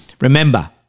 remember